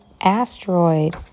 asteroid